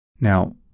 Now